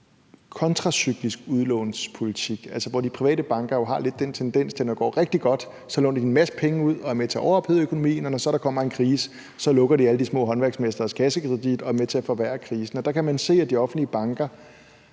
kontracyklisk udlånspolitik, altså hvor de private banker jo lidt har en tendens til, at når det går rigtig godt, så låner de en masse penge ud og er med til at overophede økonomien, og når der så kommer en krise, så lukker de alle de små håndværksmestres kassekredit og er med til at forværre krisen. Der kan man se, at de offentlige banker